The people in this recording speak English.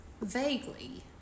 Vaguely